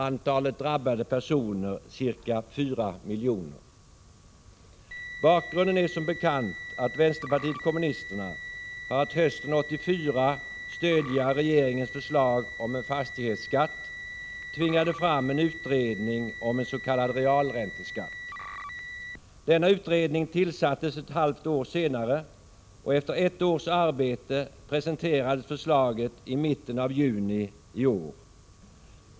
Antalet drabbade personer är ca 4 miljoner. Bakgrunden är som bekant att vänsterpartiet kommunisterna hösten 1984, för att stödja regeringens förslag om en fastighetsskatt, tvingade fram en utredning om en s.k. realränteskatt. Denna utredning tillsattes ett halvt år senare, och efter ett års arbete presenterades förslaget i mitten av juni i år.